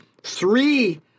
three